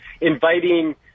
inviting